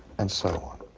and so on.